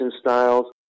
styles